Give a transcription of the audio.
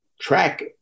track